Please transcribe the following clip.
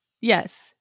Yes